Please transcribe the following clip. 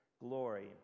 Glory